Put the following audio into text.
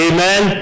Amen